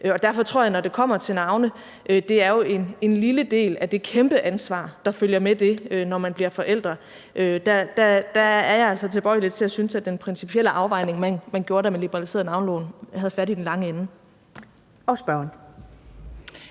Derfor tror jeg jo, at det, når det kommer til navne, er en lille del af det kæmpe ansvar, der følger med, når man bliver forældre. Der er jeg altså tilbøjelig til at synes, at man med den principielle afvejning, man gjorde, da man liberaliserede navneloven, havde fat i den lange ende. Kl.